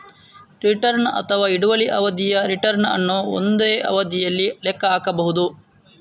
return ಅಥವಾ ಹಿಡುವಳಿ ಅವಧಿಯ ರಿಟರ್ನ್ ಅನ್ನು ಒಂದೇ ಅವಧಿಯಲ್ಲಿ ಲೆಕ್ಕ ಹಾಕಬಹುದು